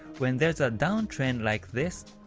when there's a down trend like this,